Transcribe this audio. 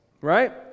right